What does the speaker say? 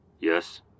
Yes